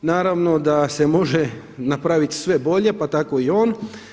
Naravno da se može napraviti sve bolje, pa tako i on.